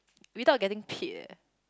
without getting paid eh